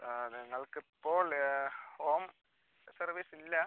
ആ ഞങ്ങൾക്ക് ഇപ്പോൾ ഹോം സർവീസ് ഇല്ല